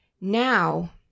Now